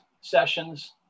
sessions